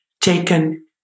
taken